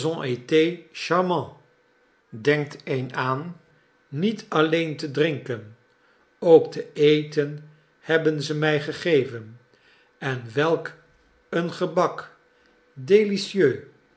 denkt een aan niet alleen te drinken ook te eten hebben ze mij gegeven en welk een gebak